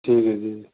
ਠੀਕ ਹੈ ਜੀ